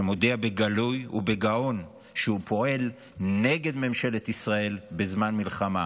שמודיע בגלוי ובגאון שהוא פועל נגד ממשלת ישראל בזמן מלחמה.